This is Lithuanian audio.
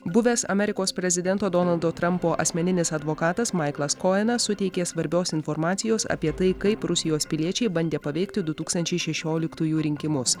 buvęs amerikos prezidento donaldo trampo asmeninis advokatas maiklas koenas suteikė svarbios informacijos apie tai kaip rusijos piliečiai bandė paveikti du tūkstančiai šešioliktųjų rinkimus